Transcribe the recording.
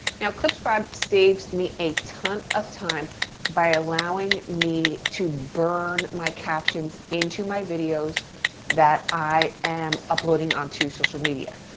now clipscribe saves me a ton of time by allowing me to burn my captions into my videos that i am uploading onto social media.